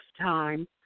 time